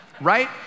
right